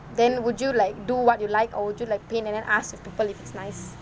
then would you like do what you like or would you like paint and then ask people if it's nice